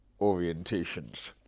orientations